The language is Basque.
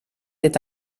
eta